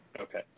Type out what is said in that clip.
Okay